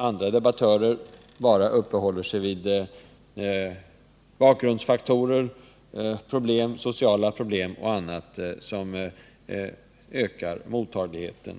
Andra uppehåller sig helt vid bakgrundsfaktorer, sociala problem och annat, som ökar mottagligheten.